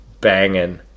banging